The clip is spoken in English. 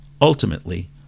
Ultimately